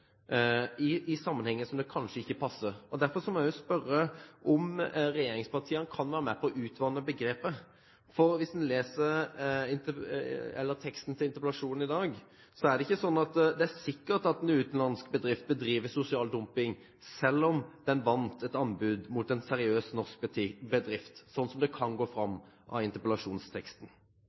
i sammenhenger som det kanskje ikke passer. Derfor må jeg spørre om regjeringspartiene kan være med på å utvanne begrepet. Når det gjelder interpellasjonen i dag, er det ikke slik at det er sikkert at en utenlandsk bedrift bedriver sosial dumping selv om den vant et anbud mot en seriøs norsk bedrift, slik det kan gå fram av interpellasjonsteksten.